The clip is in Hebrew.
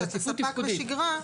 שאתה ספק בשגרה,